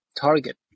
Target